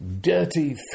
dirty